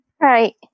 Right